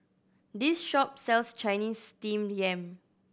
this shop sells Chinese Steamed Yam